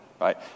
right